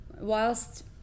whilst